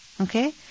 okay